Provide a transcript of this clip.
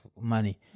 money